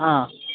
हा